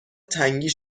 تنگی